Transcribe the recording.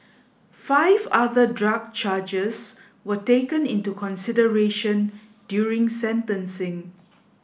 five other drug charges were taken into consideration during sentencing